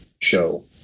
show